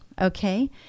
Okay